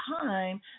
time